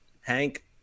Hank